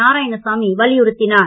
நாராயணசாமி வலியுறுத்தினார்